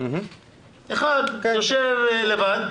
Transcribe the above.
אחד שיושב לבד,